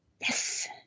Yes